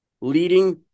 leading